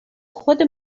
خود